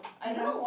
ya